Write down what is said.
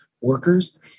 workers